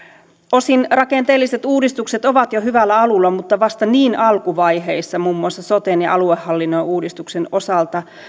osin rakenteelliset uudistukset ovat jo hyvällä alulla mutta vasta niin alkuvaiheessa muun muassa soten ja aluehallinnon uudistuksen osalta